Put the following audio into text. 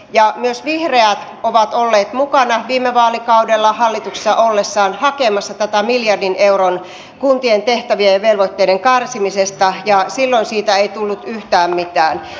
myös vihreät ovat olleet mukana viime vaalikaudella hallituksessa ollessaan hakemassa tätä miljardin euron kuntien tehtävien ja velvoitteiden karsimista ja silloin siitä ei tullut yhtään mitään